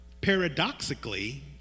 Paradoxically